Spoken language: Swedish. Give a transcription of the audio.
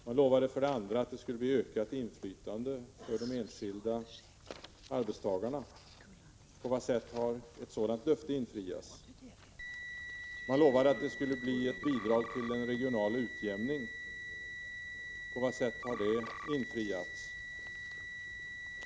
Man lovade för det andra att de enskilda arbetstagarna skulle få ökat 3 inflytande. På vad sätt har det löftet infriats? Man lovade för det tredje att löntagarfonderna skulle bli ett bidrag till en regional utjämning. På vad sätt har det infriats?